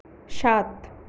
সাত